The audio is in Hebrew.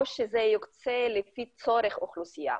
או שזה יוקצה לפי צורך אוכלוסייה.